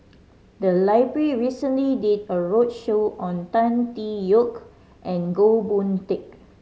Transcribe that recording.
the library recently did a roadshow on Tan Tee Yoke and Goh Boon Teck